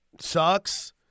Sucks